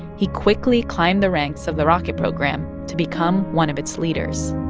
he quickly climbed the ranks of the rocket program to become one of its leaders